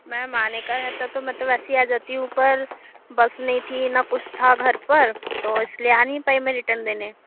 ma'am आने का रहता तो मैं तो ऐसी ही आ जाती हूँ पर बस नहीं थी न कुछ था घर पर तो इसलिए आ नहीं पाई मैं रिटर्न देने